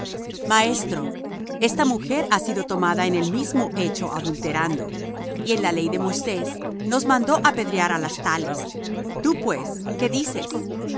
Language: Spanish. maestro esta mujer ha sido tomada en el mismo hecho adulterando y en la ley moisés nos mandó apedrear á las tales tú pues qué dices